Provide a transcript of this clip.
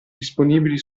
disponibili